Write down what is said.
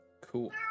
Cool